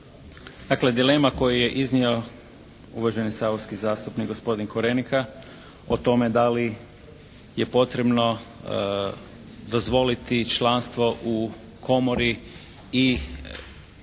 Dakle dilema koju je iznio uvaženi saborski zastupnik gospodin Korenika o tome da li je potrebno dozvoliti članstvo u komori i